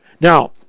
Now